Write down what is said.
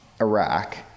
Iraq